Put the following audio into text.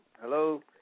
hello